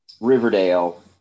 Riverdale